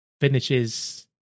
finishes